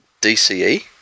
DCE